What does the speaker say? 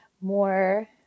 more